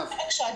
חכם.